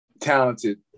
talented